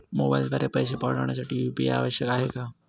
मोबाईलद्वारे पैसे पाठवण्यासाठी यू.पी.आय आवश्यक आहे का?